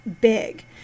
big